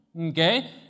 Okay